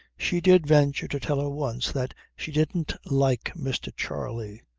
she did venture to tell her once that she didn't like mr. charley.